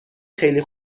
خیلی